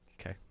Okay